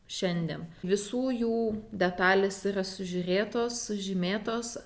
šiandien visų jų detalės yra sužiūrėtos sužymėtos